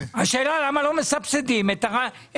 השאלה היא למה לא מסבסדים את הרפתנים?